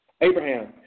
Abraham